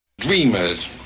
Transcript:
Dreamers